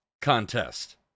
contest